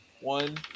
One